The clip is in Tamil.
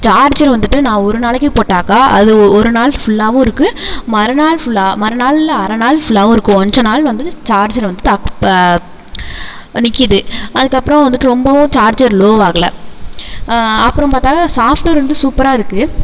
சார்ஜர் வந்துட்டு நான் ஒரு நாளைக்கு போட்டாக்கா அது ஒரு நாள் ஃபுல்லாவும் இருக்குது மறுநாள் ஃபுல்லா மறுநாள்ல அரநாள் ஃபுல்லாவும் இருக்கும் கொஞ்ச நாள் வந்து சார்ஜர் வந்து தாக்கு நிற்கிது அதுக்கப்புறம் வந்துட்டு ரொம்பவும் சார்ஜர் லோ ஆகலை அப்புறம் பார்த்தா சாஃப்ட்வேர் வந்து சூப்பராக இருக்குது